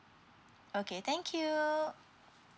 okay thank you